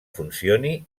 funcioni